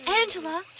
Angela